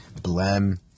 Blem